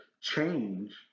change